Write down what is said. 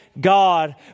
God